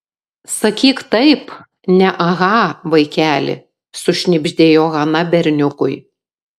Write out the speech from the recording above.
sakyk taip ne aha vaikeli sušnibždėjo hana berniukui